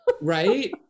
Right